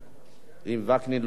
אם וקנין לא יהיה, אתה תהיה אחריו.